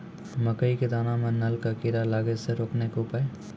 मकई के दाना मां नल का कीड़ा लागे से रोकने के उपाय?